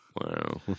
Wow